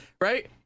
right